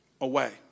away